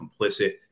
complicit